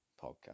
podcast